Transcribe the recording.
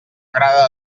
agrada